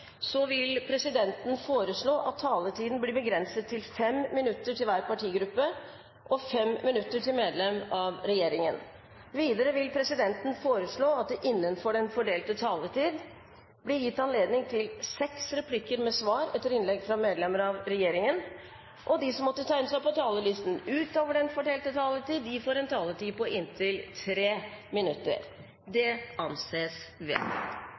Så jeg takker statsråden, og jeg takker for engasjementet i saken. Debatten i sak nr. 2 er dermed avsluttet. Etter ønske fra kommunal- og forvaltningskomiteen vil presidenten foreslå at taletiden blir begrenset til 5 minutter til hver partigruppe og 5 minutter til medlem av regjeringen. Videre vil presidenten foreslå at det blir gitt anledning til seks replikker med svar etter innlegg fra medlemmer av regjeringen innenfor den fordelte taletid, og at de som måtte tegne seg på talerlisten